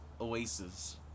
oasis